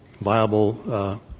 viable